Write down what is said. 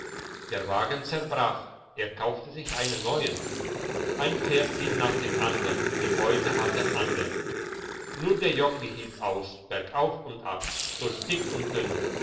der wagen zerbrach er kaufte sich einen neuen ein pferd fiel nach dem andern die beute hatte andere nur der jockli hielt aus bergauf und ab durch dick und dünn